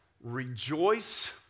rejoice